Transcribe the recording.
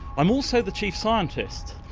i'm also the chief scientist,